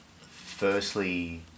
firstly